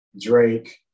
Drake